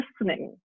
listening